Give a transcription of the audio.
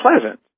pleasant